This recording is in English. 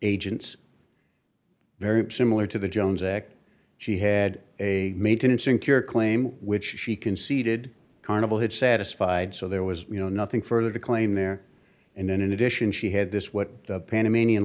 agents very similar to the jones act she had a maintenance inc your claim which she conceded carnival had satisfied so there was you know nothing further to claim there and then in addition she had this what panamanian